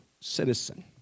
citizen